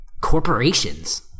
corporations